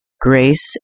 Grace